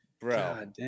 Bro